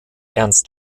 ernst